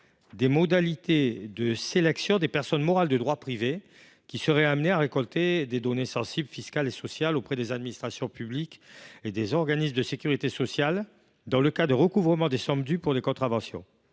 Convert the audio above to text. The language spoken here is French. des modalités de sélection des personnes morales de droit privé, qui seraient amenées à récolter des données fiscales et sociales sensibles auprès des administrations publiques et des organismes de sécurité sociale dans les cas de recouvrement des sommes dues pour les contraventions.